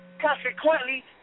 Consequently